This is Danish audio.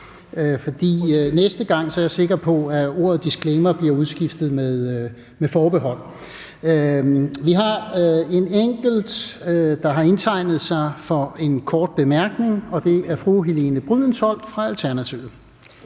næste gang er jeg sikker på, at ordet disclaimer bliver udskiftet med »forbehold«. Vi har en enkelt, der har indtegnet sig for en kort bemærkning, og det er fru Helene Brydensholt fra Alternativet.